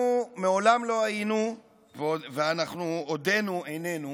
אנחנו מעולם לא היינו ועודנו איננו